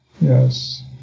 Yes